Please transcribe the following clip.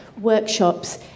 workshops